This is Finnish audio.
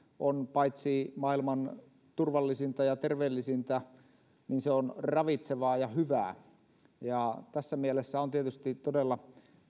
on paitsi maailman turvallisinta ja terveellisintä myös ravitsevaa ja hyvää tässä mielessä on tietysti todella